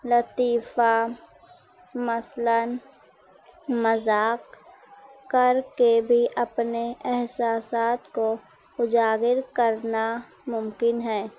لطیفہ مثلاََ مذاق کر کے بھی اپنے احساسات کو اجاگر کرنا ممکن ہے